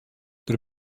der